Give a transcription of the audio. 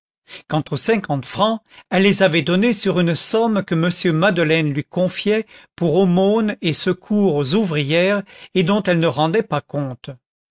quant aux cinquante francs elle les avait donnés sur une somme que m madeleine lui confiait pour aumônes et secours aux ouvrières et dont elle ne rendait pas compte